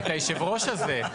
(בהלצה) את יושב הראש הזה.